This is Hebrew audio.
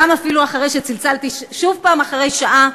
גם אפילו אחרי שצלצלתי שוב אחרי שעה.